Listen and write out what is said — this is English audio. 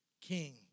king